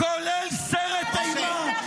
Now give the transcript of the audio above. כולל סרט אימה,